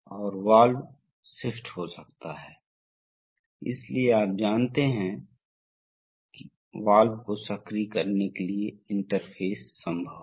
तो यह वही है जो हो रहा है और आप तेजी से वापसी प्राप्त कर सकते हैं